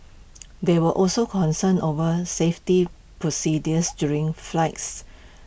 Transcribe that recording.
there were also concerns over safety procedures during flights